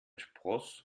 spross